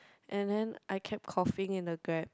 and then I kept coughing in the Grab